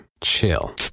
Chill